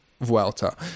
vuelta